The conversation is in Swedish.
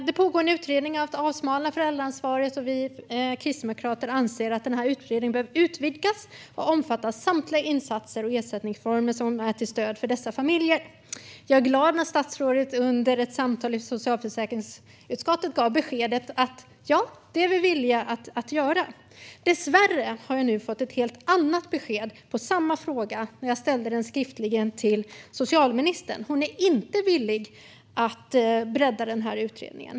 Det pågår en utredning om att avsmalna föräldraansvaret, och vi kristdemokrater anser att utredningen bör utvidgas och omfatta samtliga insatser och ersättningsformer som är till stöd för dessa familjer. Jag är glad att statsrådet under ett samtal i socialförsäkringsutskottet gav beskedet att man är villig att göra detta. Dessvärre har jag nu fått ett helt annat besked på samma fråga när jag ställde den skriftligen till socialministern. Hon är inte villig att bredda utredningen.